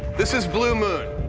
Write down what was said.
this is blue moon.